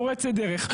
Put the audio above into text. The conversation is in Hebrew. פורצת דרך,